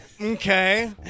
okay